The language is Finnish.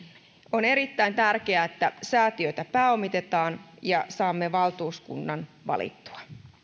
on erittäin tärkeää että säätiötä pääomitetaan ja saamme valtuuskunnan valittua